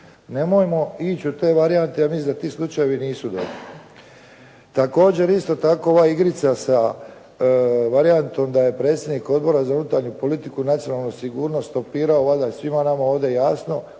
Nemojmo ići u te varijante, ja mislim da ti slučajevi nisu dobri. Također isto tako ova igrica sa varijantom da je predsjednik Odbora za unutarnju politiku i nacionalnu sigurnost stopirao valjda je svima nama ovdje jasno,